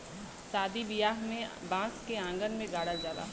सादी बियाह में बांस के अंगना में गाड़ल जाला